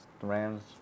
Rams